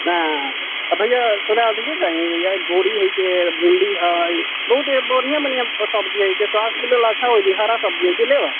हाँ भैआ तोरा देखिओ न बोरी हयके भिन्डी हइ बहुते बढ़िआँ बढ़िआँ सब्जी हय स्वाद के लेल अच्छा होय छै हरा सब्जी की लेबह